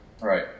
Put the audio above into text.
Right